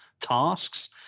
tasks